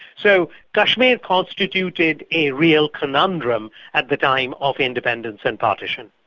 so kashmir constituted a real conundrum at the time of independence and partition.